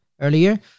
earlier